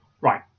Right